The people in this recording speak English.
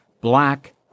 black